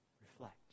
Reflect